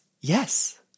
Yes